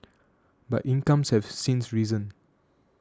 but incomes have since risen